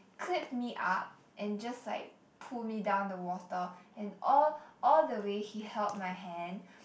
clipped me up and just like pull me down the water and all all the way he held my hand